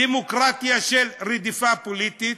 דמוקרטיה של רדיפה פוליטית